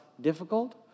difficult